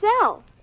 sell